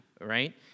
right